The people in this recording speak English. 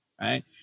Right